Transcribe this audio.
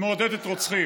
היא